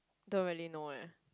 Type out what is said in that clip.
don't really know eh